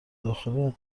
داخل